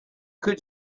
could